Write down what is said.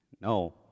No